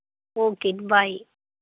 okay bye